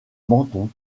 menton